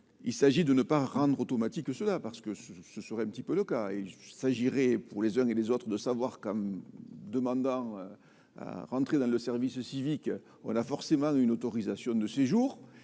il s'agit de ne pas rendre automatique que cela parce que ce serait un petit peu le cas, il s'agirait pour les zones et les autres de savoir comme demandant à rentrer dans le service civique, on a forcément une autorisation de séjour